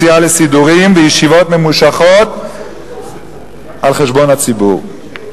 יציאה לסידורים וישיבות ממושכות על חשבון הציבור.